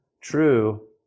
true